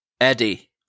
Eddie